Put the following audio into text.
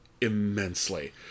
immensely